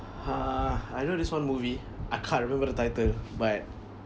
uh I know this one movie I can't remember the title but